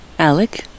Alec